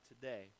today